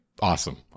awesome